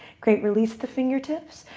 great. release the fingertips.